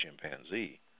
chimpanzee